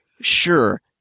Sure